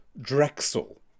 Drexel